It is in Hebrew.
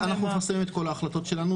אנחנו מפרסמים את כל ההחלטות שלנו.